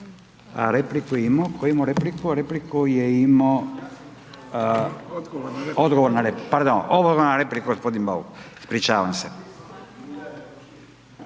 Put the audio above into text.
hvala vam